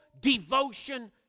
devotion